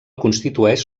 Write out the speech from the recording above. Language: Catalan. constitueix